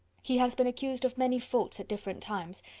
he has been accused of many faults at different times,